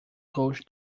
gosh